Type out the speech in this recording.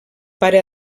pare